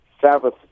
Sabbath